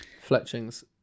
fletchings